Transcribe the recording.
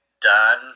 done